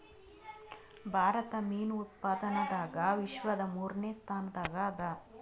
ಭಾರತ ಮೀನು ಉತ್ಪಾದನದಾಗ ವಿಶ್ವದ ಮೂರನೇ ಸ್ಥಾನದಾಗ ಅದ